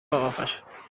babafasha